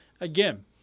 again